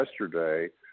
yesterday